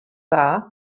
dda